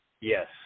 Yes